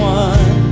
one